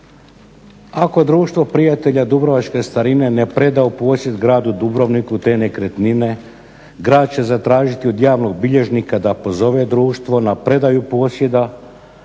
Ako Društvo prijatelja dubrovačke starine ne preda u posjed gradu Dubrovniku te nekretnine, grad će zatražiti od javnog bilježnika da pozove društvo na predaju posjeda.